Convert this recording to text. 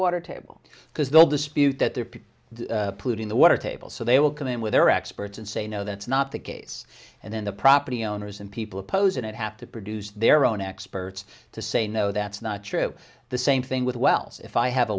water table because they'll dispute that they're pretty polluting the water table so they will come in with their experts and say no that's not the case and then the property owners and people opposing it have to produce their own experts to say no that's not true the same thing with wells if i have a